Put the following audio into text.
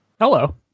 Hello